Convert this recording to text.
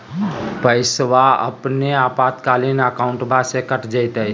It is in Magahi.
पैस्वा अपने आपातकालीन अकाउंटबा से कट जयते?